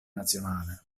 nazionale